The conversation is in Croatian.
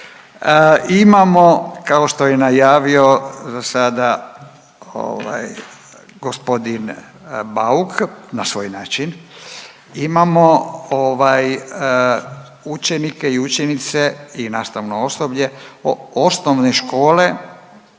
Imamo kao što je najavio za sada, ovaj gospodin Bauk na svoj način, imamo ovaj učenike i učenice i nastavno osoblje Osnovne škole